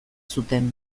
zuten